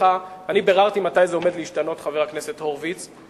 ביררתי מתי זה הולך להשתנות, חבר הכנסת הורוביץ.